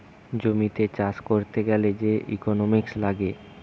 জমিতে চাষ করতে গ্যালে যে ইকোনোমিক্স লাগে